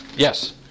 Yes